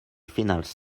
finals